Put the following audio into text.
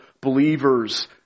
believers